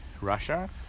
Russia